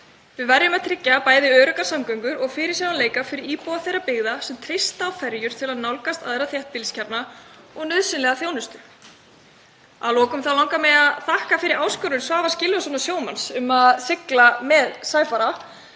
Við verðum að tryggja bæði öruggar samgöngur og fyrirsjáanleika fyrir íbúa þeirra byggða sem treysta á ferjur til að nálgast aðra þéttbýliskjarna og nauðsynlega þjónustu. Að lokum langar mig að þakka fyrir áskorun Svavars Gylfasonar sjómanns um að sigla með Sæfara